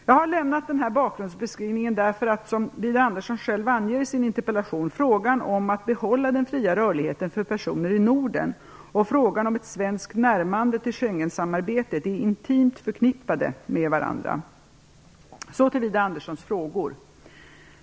Jag har lämnat denna bakgrundsbeskrivning därför att - som Widar Andersson själv anger i sin interpellation - frågan om att behålla den fria rörligheten för personer i Norden och frågan om ett svenskt närmande till Schengemsamarbetet är intimt förknippade med varandra. Så till Widar Anderssons frågor.